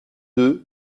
deux